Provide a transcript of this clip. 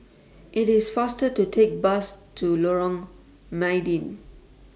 IT IS faster to Take Bus to Lorong Mydin